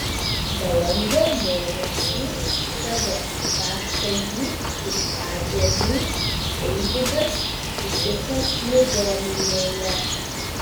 balandžio mėnesį savo šeštąjį gimtadienį eivydas sutiko ligoninėje